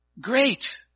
great